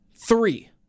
Three